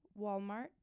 Walmart